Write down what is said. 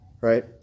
right